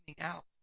out